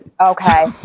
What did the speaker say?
okay